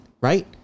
right